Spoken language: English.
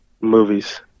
Movies